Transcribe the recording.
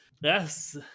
Yes